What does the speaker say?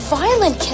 violent